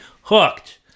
hooked